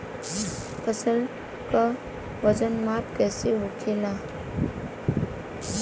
फसल का वजन माप कैसे होखेला?